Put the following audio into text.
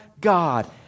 God